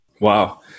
wow